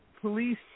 police